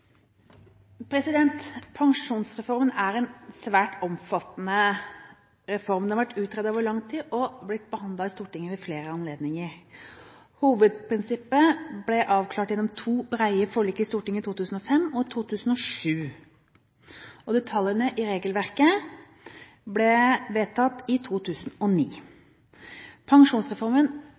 en svært omfattende reform. Den har vært utredet over lang tid og har blitt behandlet i Stortinget ved flere anledninger. Hovedprinsippet ble avklart gjennom to brede forlik i Stortinget, i 2005 og i 2007. Detaljene i regelverket ble vedtatt i 2009. Pensjonsreformen